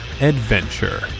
Adventure